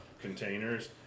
containers